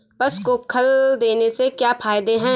पशु को खल देने से क्या फायदे हैं?